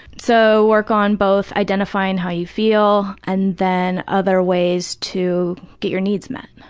so work on both identifying how you feel and then other ways to get your needs met.